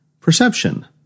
Perception